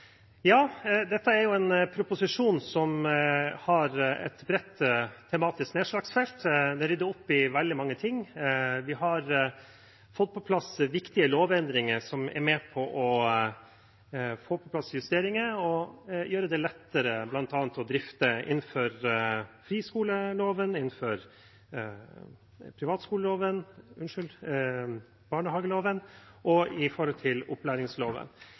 en proposisjon som har et bredt tematisk nedslagsfelt. Den rydder opp i veldig mange ting. Vi har fått på plass viktige lovendringer og justeringer som er med på å gjøre det lettere bl.a. å drifte innenfor friskoleloven, barnehageloven og opplæringsloven. Jeg skal ikke bruke tiden min her til